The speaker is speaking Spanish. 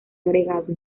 agregado